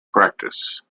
practice